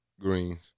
greens